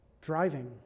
driving